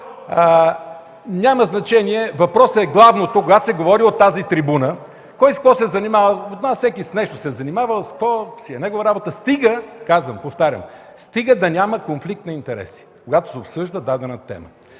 Няма значение! Въпросът е главно, когато се говори от тази трибуна, кой с какво се е занимавал – от нас всеки с нещо се е занимавал – спорт, негова работа си е, стига, повтарям, стига да няма конфликт на интереси, когато се обсъжда дадена тема.